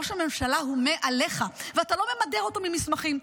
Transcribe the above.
ראש הממשלה הוא מעליך ואתה לא ממדר אותו ממסמכים.